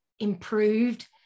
Improved